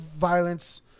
violence